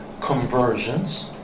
conversions